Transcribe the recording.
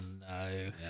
no